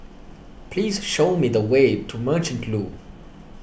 please show me the way to Merchant Loop